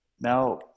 Now